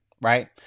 right